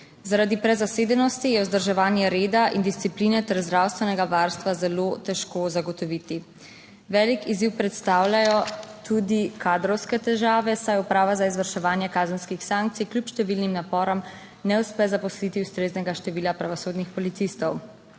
Zaradi prezasedenosti je vzdrževanje reda in discipline ter zdravstvenega varstva zelo težko zagotoviti. Velik izziv predstavljajo tudi kadrovske težave, saj Uprava za izvrševanje kazenskih sankcij kljub številnim naporom ne uspe zaposliti ustreznega števila pravosodnih policistov.